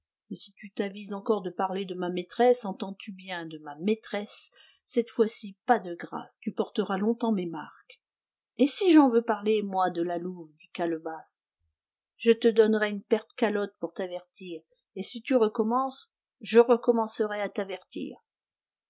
mais si tu t'avises encore de parler de ma maîtresse entends-tu bien de ma maîtresse cette fois-ci pas de grâce tu porteras longtemps mes marques et si j'en veux parler moi de la louve dit calebasse je te donnerai une paire de calottes pour t'avertir et si tu recommences je recommencerai à t'avertir